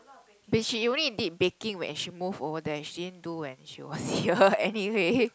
but she only did baking when she move over there she didn't do when she was here anyway